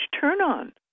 turn-on